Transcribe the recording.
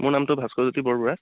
মোৰ নামটো ভাস্কৰজ্যোতি বৰবৰা